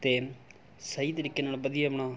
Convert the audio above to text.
ਅਤੇ ਸਹੀ ਤਰੀਕੇ ਨਾਲ ਵਧੀਆ ਆਪਣਾ